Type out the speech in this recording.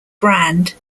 brand